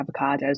avocados